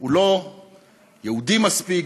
הוא לא יהודי מספיק,